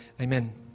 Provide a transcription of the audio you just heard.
Amen